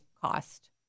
cost